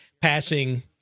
passing